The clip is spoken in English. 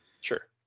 sure